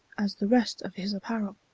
as the rest of his apparel.